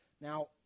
Now